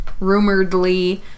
rumoredly